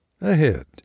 ahead